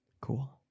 Cool